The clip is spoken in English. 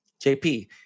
JP